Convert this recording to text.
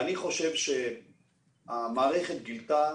המערכת גילתה